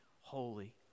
holy